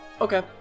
Okay